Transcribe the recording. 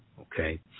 okay